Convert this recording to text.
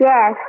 Yes